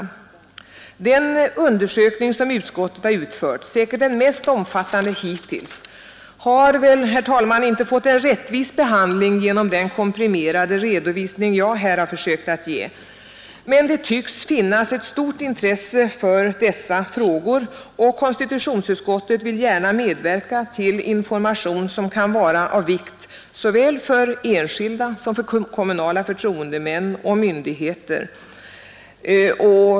praxis i natura Den undersökning som utskottet utfört — säkert den mest omfattande lisationsärenden hittills — har väl, herr talman, ej fått en rättvis behandling genom den komprimerade redovisning jag här försökt att ge, men det tycks finnas ett stort intresse för dessa frågor, och konstitutionsutskottet vill gärna medverka till information som kan vara av vikt såväl för enskilda som för kommunala förtroendemän och myndigheter.